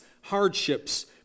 hardships